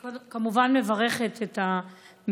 אני כמובן מברכת את המשרד.